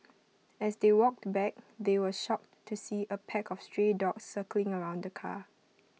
as they walked back they were shocked to see A pack of stray dogs circling around the car